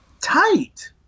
tight